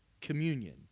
communion